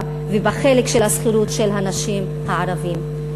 ובחלק של השכירות של הנשים הערביות.